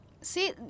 See